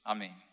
Amém